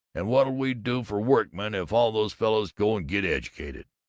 and what'll we do for workmen if all those fellows go and get educated?